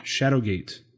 Shadowgate